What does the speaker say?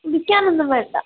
കുടിക്കാൻ ഒന്നും വേണ്ട